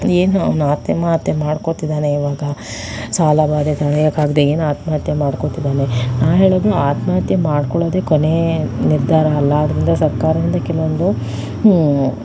ಏನು ಅವನು ಆತ್ಮಹತ್ಯೆ ಮಾಡ್ಕೋತಿದ್ದಾನೆ ಈವಾಗ ಸಾಲಬಾಧೆ ತಡೆಯೋಕ್ಕಾಗದೆ ಏನು ಆತ್ಮಹತ್ಯೆ ಮಾಡ್ಕೋತಿದ್ದಾನೆ ನಾನು ಹೇಳೋದು ಆತ್ಮಹತ್ಯೆ ಮಾಡ್ಕೊಳ್ಳೋದೇ ಕೊನೆ ನಿರ್ಧಾರ ಅಲ್ಲ ಆದ್ದರಿಂದ ಸರ್ಕಾರದಿಂದ ಕೆಲವೊಂದು